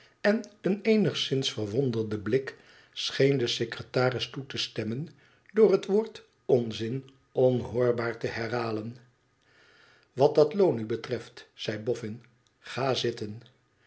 en een eenigszins verwonderden blik scheen de secretaris toe te stemmen door het woord onzin onhoorbaar te herhalen t wat dat loon nu betreft zei bofïin ga zitten